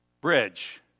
Bridge